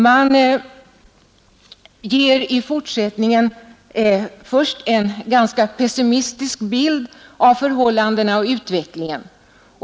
Man ger i fortsättningen en ganska pessimistisk bild av förhållandena och utvecklingen.